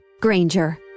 Granger